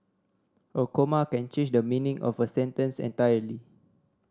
a comma can change the meaning of a sentence entirely